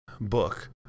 book